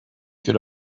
could